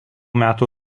metų